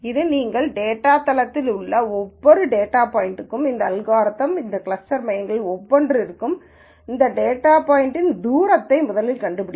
இது எங்கள் டேட்டாத்தளத்தில் உள்ள ஒவ்வொரு டேட்டா பாய்ன்ட்களுக்கும் இந்த அல்காரிதம் இந்த கிளஸ்டர் மையங்களில் ஒவ்வொன்றிலிருந்தும் அந்த டேட்டா பாய்ன்ட்யின் தூரத்தை முதலில் கண்டுபிடிக்கும்